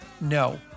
no